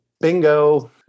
Bingo